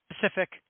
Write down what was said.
Pacific